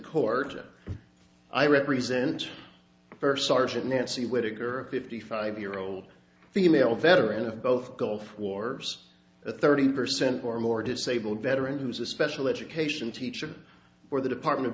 court i represent first sergeant nancy whittaker a fifty five year old female veteran of both gulf wars a thirty percent or more disabled veteran who was a special education teacher for the department of